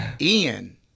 Ian